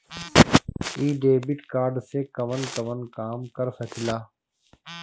इ debit card से कवन कवन काम कर सकिला?